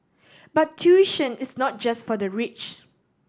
but tuition is not just for the rich